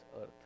earth